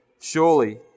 Surely